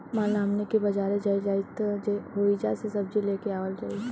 मान ल हमनी के बजारे जाइल जाइत ओहिजा से सब्जी लेके आवल जाई